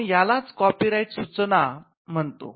आपण यालाच कॉपीराइट सूचना म्हणतो